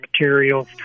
materials